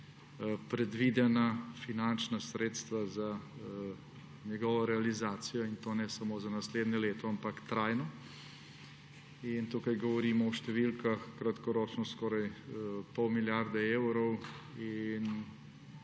predvidena finančna sredstva za njegovo realizacijo, in to ne samo za naslednje leto, ampak trajno. Tukaj govorimo o številkah kratkoročno skoraj pol milijarde evrov,